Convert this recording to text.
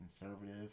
Conservative